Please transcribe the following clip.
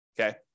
okay